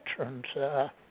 veterans